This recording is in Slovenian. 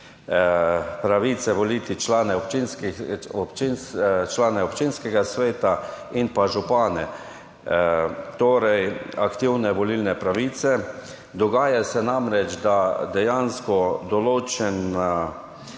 pravice voliti člane občinskega sveta in pa župane, torej aktivne volilne pravice. Dogaja se namreč, da si dejansko določeni